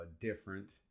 different